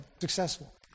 successful